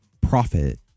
profit